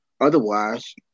otherwise